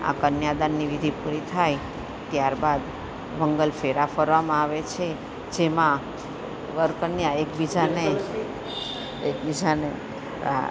આ કન્યાદાનની વિધિ પૂરી થાય ત્યારબાદ મંગલ ફેરા ફરવામાં આવે છે જેમાં વરકન્યા એકબીજાને એકબીજાને આ